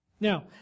Now